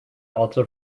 alta